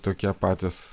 tokie patys